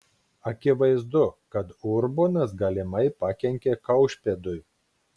akivaizdu kad urbonas galimai pakenkė kaušpėdui